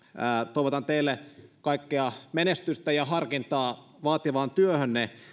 toivotan teille kaikkea menestystä ja harkintaa vaativaan työhönne